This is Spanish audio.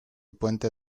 puente